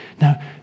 Now